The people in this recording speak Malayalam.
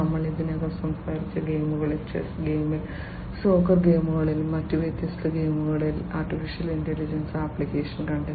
നമ്മൾ ഇതിനകം സംസാരിച്ച ഗെയിമുകളിൽ ചെസ്സ് ഗെയിമിൽ സോക്കർ ഗെയിമുകളിൽ മറ്റ് വ്യത്യസ്ത ഗെയിമുകളിൽ AI ആപ്ലിക്കേഷനുകൾ കണ്ടെത്തി